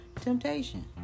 Temptation